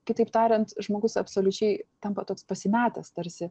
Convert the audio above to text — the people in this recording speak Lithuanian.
kitaip tariant žmogus absoliučiai tampa toks pasimetęs tarsi